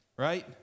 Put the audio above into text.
right